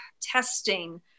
testing